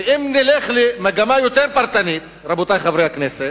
ואם נלך למגמה יותר פרטנית, רבותי חברי הכנסת,